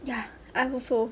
ya I'm also